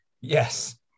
Yes